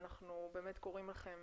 ואנחנו באמת קוראים לכם